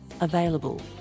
available